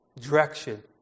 direction